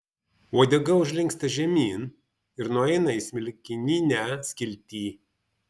uodega užlinksta žemyn ir nueina į smilkininę skiltį